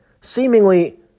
seemingly